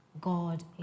God